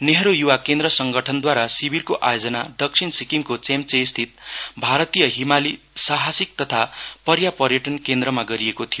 नेहरु युवा केन्द्र संगठनद्वारा शिविरको आयोजना दक्षिण सिक्किमको चेम्चेस्थित भारतीय हिमाली सहासीक तथा पर्या पर्यटन केन्द्रमा गरिएको थियो